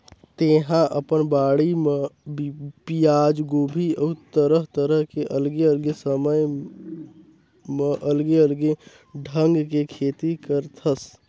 तेहा अपन बाड़ी म पियाज, गोभी अउ तरह तरह के अलगे अलगे समय म अलगे अलगे ढंग के खेती करथस